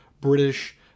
British